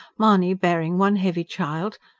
mahony bearing one heavy child,